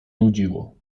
nudziło